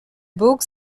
book